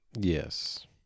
Yes